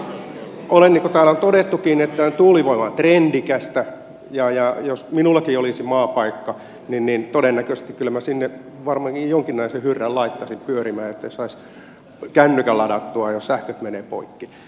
itse totean niin kuin täällä on todettukin että tuulivoima on trendikästä ja jos minullakin olisi maapaikka niin todennäköisesti minä kyllä sinne varmaankin jonkinlaisen hyrrän laittaisin pyörimään että saisi kännykän ladattua jos sähköt menee poikki